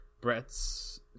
Brett's